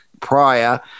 prior